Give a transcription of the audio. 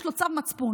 יש לו צו מצפון,